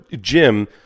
Jim